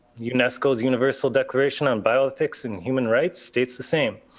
unesco's universal declaration on bioethics and human rights states the same.